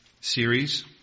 series